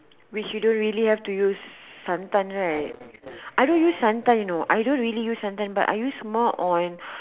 which you don't really have to use sometimes right I don't use sometimes you know I don't really use sometimes but I use more on